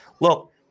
look